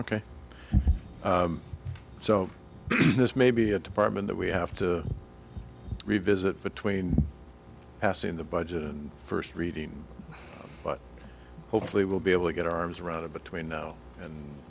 ok so this may be a department that we have to revisit between passing the budget and first reading but hopefully we'll be able to get our arms around to between now and